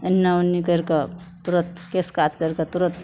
एन्ना ओन्नी करिके तुरन्त केस काज करिके तुरन्त